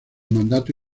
mandato